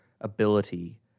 ability